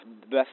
best